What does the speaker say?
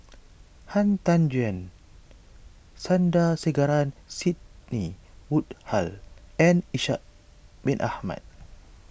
Han Tan Juan Sandrasegaran Sidney Woodhull and Ishak Bin Ahmad